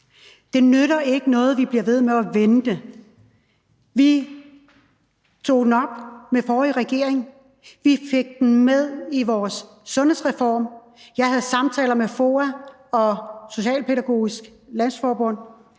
Det nytter ikke noget, at vi bliver ved med at vente. Vi tog det op med den forrige regering, vi fik det med i vores sundhedsreform. Jeg havde samtaler med FOA og Socialpædagogisk Landsforbund